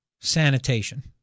sanitation